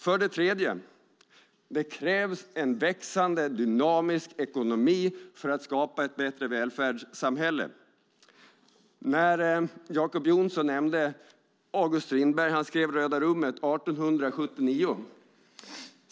För det tredje: Det krävs en växande dynamisk ekonomi för att skapa ett bättre välfärdssamhälle. Jacob Johnson nämnde August Strindberg. Han skrev Röda rummet 1879.